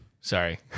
Sorry